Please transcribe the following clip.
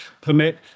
permit